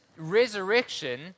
resurrection